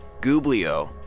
Gublio